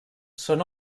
són